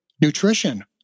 nutrition